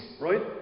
right